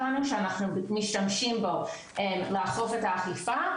שלנו שאנחנו משתמשים בה לאכוף את האכיפה,